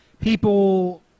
people